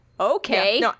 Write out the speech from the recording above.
Okay